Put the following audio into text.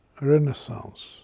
renaissance